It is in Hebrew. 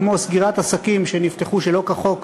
כמו סגירת עסקים שנפתחו שלא כחוק בשבת,